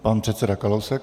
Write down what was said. Pan předseda Kalousek.